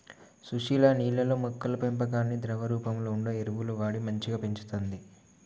సుశీల నీళ్లల్లో మొక్కల పెంపకానికి ద్రవ రూపంలో వుండే ఎరువులు వాడి మంచిగ పెంచుతంది